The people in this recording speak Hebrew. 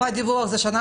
תקופת דיווח זה שנה.